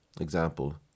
example